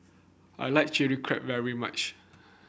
I like Chilli Crab very much